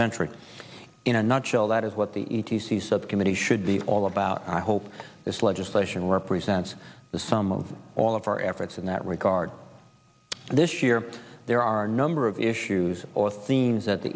century in a nutshell that is what the e t c subcommittee should be all about i hope this legislation represents the sum of all of our efforts in that regard this year there are number of issues or themes that the